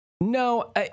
No